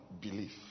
belief